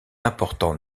important